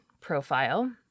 profile